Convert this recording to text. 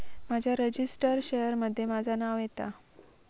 माझ्या registered share मध्ये माझा नाव येता